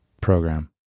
program